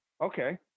Okay